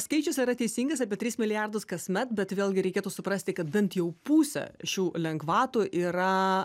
skaičius yra teisingas apie tris milijardus kasmet bet vėlgi reikėtų suprasti kad bent jau pusę šių lengvatų yra